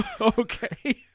Okay